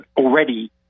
already